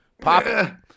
Pop